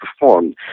performed